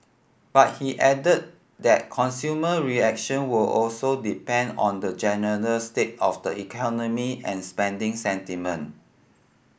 but he added that consumer reaction will also depend on the general state of the economy and spending sentiment